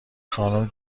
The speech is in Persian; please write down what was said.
خانومه